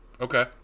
Okay